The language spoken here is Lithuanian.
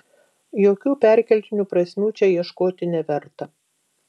jokių perkeltinių prasmių čia ieškoti neverta